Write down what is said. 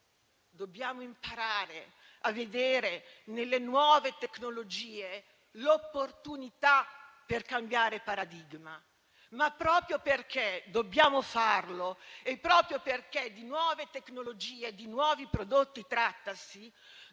Dobbiamo imparare a vedere nelle nuove tecnologie l'opportunità per cambiare paradigma; tuttavia, proprio perché dobbiamo farlo e proprio perché si tratta di nuove tecnologie e di nuovi prodotti,